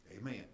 amen